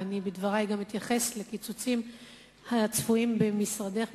ובדברי אתייחס גם לקיצוצים הצפויים במשרדך,